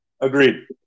Agreed